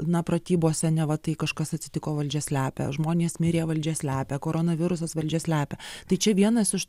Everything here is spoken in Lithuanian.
na pratybose neva tai kažkas atsitiko valdžia slepia žmonės mirė valdžia slepia koronavirusas valdžia slepia tai čia vienas iš